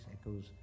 echoes